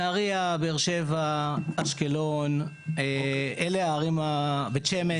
נהריה, באר שבע, אשקלון, בית שמש.